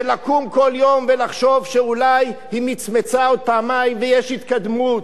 של לקום כל יום ולחשוב שאולי היא מצמצה עוד פעמיים ויש התקדמות.